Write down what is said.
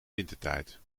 wintertijd